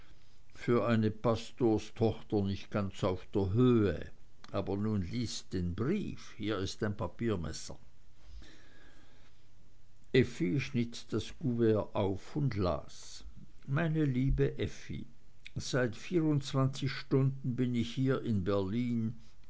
für eine pastorstochter nicht ganz auf der höhe aber nun lies den brief hier ist ein papiermesser effi schnitt das kuvert auf und las meine liebe effi seit stunden bin ich hier in berlin